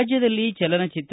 ರಾಜ್ವದಲ್ಲಿ ಚಲನಚಿತ್ರ